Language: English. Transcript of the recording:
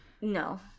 No